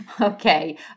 Okay